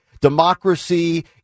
democracy